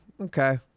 okay